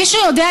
מישהו יודע,